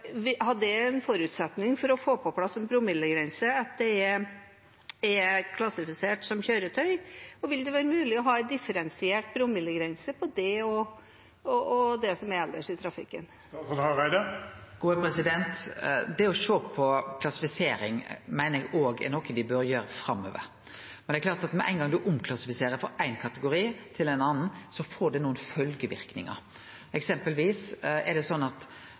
forutsetning for å på plass en promillegrense at det er klassifisert som kjøretøy, og vil det være mulig å ha en differensiert promillegrense på det og det som er ellers i trafikken? Det å sjå på klassifisering meiner eg er noko me bør gjere framover, men det er klart at med ein gong ein omklassifiserer frå ein kategori til ein annan, får det nokre følgjeverknader. For eksempel er ein elsparkesykkel ikkje alltid velkomen på fortauet, men er det